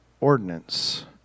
ordinance